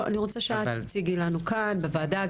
אני מבקשת שאת תציגי לנו כאן בוועדה,